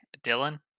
Dylan